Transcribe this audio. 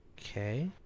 okay